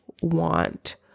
want